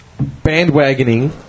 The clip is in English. bandwagoning